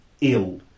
ill